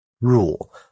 rule